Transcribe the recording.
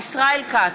ישראל כץ,